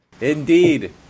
indeed